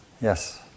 Yes